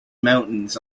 mountains